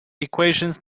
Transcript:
equations